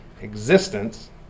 existence